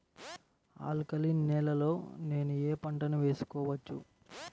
Alkaline నేలలో నేనూ ఏ పంటను వేసుకోవచ్చు?